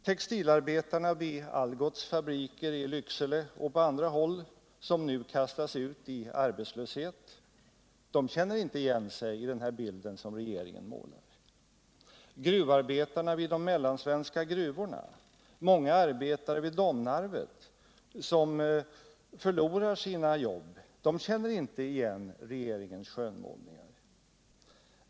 Textilarbetarna vid Algots fabriker i Lycksele och på andra håll som nu kastats ut i arbetslöshet känner inte igen sig i den bild regeringen målar. Gruvarbetarna vid de mellansvenska gruvorna, många arbetare vid Domnarvet, som förlorar sina jobb, de känner inte igen regeringens skönmålningar.